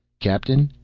captain,